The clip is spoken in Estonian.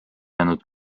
jäänud